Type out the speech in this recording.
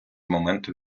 моменту